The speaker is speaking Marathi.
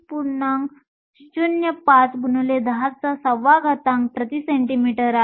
05 x 106 cm 3 आहे